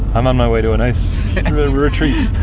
i'm on my way to a nice retreat.